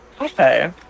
Okay